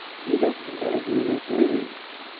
he doesn't know who this is.